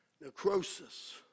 necrosis